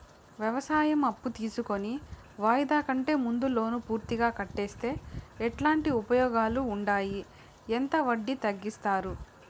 వ్యవసాయం అప్పు తీసుకొని వాయిదా కంటే ముందే లోను పూర్తిగా కట్టేస్తే ఎట్లాంటి ఉపయోగాలు ఉండాయి? ఎంత వడ్డీ తగ్గిస్తారు?